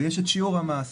ויש את שיעור המס.